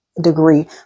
degree